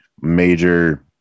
major